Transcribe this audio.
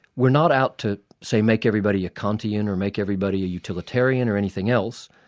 we're not out to say, make everybody a kantian or make everybody utilitarian or anything else,